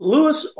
Lewis